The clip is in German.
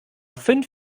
fünf